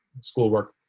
schoolwork